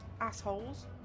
assholes